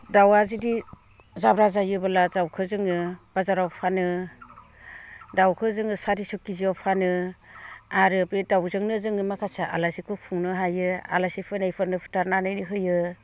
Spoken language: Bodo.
दाउआ जुदि जाब्रा जायोबोला दाउखौ जोङो बाजाराव फानो दाउखौ जोङो सारिस' केजियाव फानो आरो बे दाउजोंनो जोङो माखासे आलासिखौ खुंनो हायो आलासि फैनायफोरनो फुथारनानै होयो